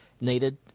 needed